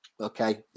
okay